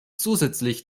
zusätzlich